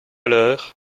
l’heure